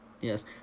Yes